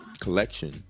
collection